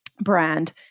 brand